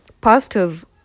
pastors